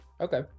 Okay